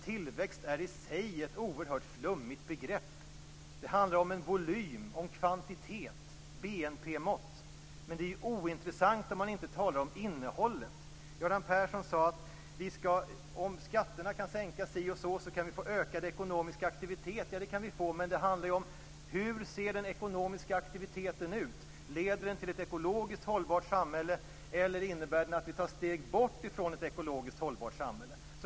Tillväxt är i sig ett oerhört flummigt begrepp. Det handlar om en volym, om kvantitet och om BNP mått. Men det är ointressant om man inte talar om innehållet. Göran Persson sade att vi kan få ökad ekonomisk aktivitet om skatterna kan sänkas si eller så mycket. Det kan vi få, men det handlar om hur den ekonomiska aktiviteten ser ut. Leder den till ett ekologiskt hållbart samhälle, eller innebär den att vi tar steg bort från ett ekologiskt hållbart samhälle?